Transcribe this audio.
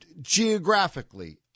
geographically